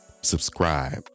Subscribe